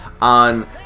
on